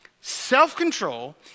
Self-control